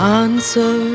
answer